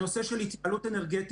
זה הנושא של התייעלות אנרגטית.